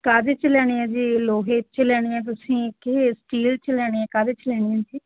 ਕਾਹਦੇ 'ਚ ਲੈਣੇ ਹੈ ਜੀ ਲੋਹੇ 'ਚ ਲੈਣੇ ਹੈ ਤੁਸੀਂ ਕਿ ਸਟੀਲ 'ਚ ਲੈਣੇ ਕਾਹਦੇ 'ਚ ਲੈਣੇ ਹੈ ਜੀ